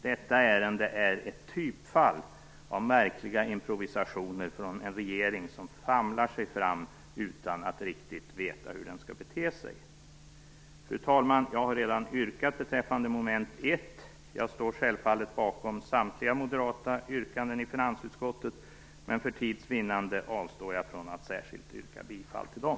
Detta ärende är ett typfall av märkliga improvisationer från en regering som famlar sig fram utan att riktigt veta hur den skall bete sig. Fru talman! Jag har redan yrkat beträffande mom. 1. Jag står självfallet bakom samtliga moderata yrkanden i finansutskottet, men för tids vinnande avstår jag från att särskilt yrka bifall till dem.